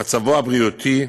למצבו הבריאותי,